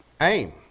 aim